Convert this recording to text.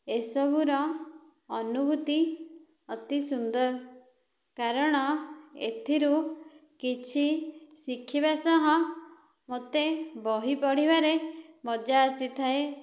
ଏସବୁର ଅନୁଭୂତି ଅତି ସୁନ୍ଦର କାରଣ ଏଥିରୁ କିଛି ଶିଖିବା ସହ ମୋତେ ବହି ପଢ଼ିବାରେ ମଜା ଆସିଥାଏ